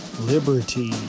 liberty